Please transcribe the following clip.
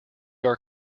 are